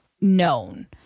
known